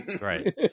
Right